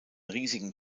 riesigen